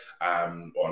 on